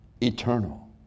Eternal